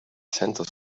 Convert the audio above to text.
center